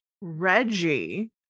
Reggie